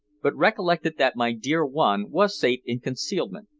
but recollected that my dear one was safe in concealment,